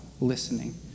listening